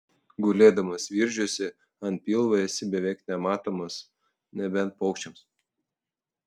gulėdamas viržiuose ant pilvo esi beveik nematomas nebent paukščiams